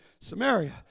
Samaria